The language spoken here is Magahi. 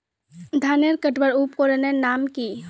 धानेर कटवार उपकरनेर नाम की?